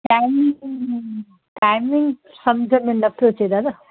time timing सम्झ में न पियो अचे दादा